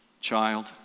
child